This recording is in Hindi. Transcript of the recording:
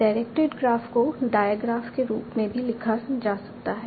डायरेक्टेड ग्राफ को डायग्राफ के रूप में भी लिखा जा सकता है